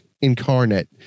incarnate